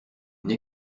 une